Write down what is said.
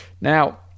Now